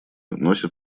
носит